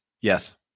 Yes